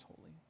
holy